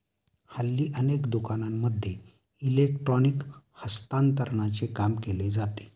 हल्ली अनेक दुकानांमध्ये इलेक्ट्रॉनिक हस्तांतरणाचे काम केले जाते